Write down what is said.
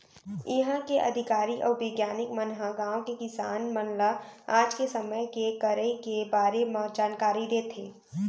इहॉं के अधिकारी अउ बिग्यानिक मन ह गॉंव के किसान मन ल आज के समे के करे के बारे म जानकारी देथे